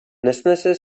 nesnese